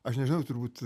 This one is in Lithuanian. aš nežinau turbūt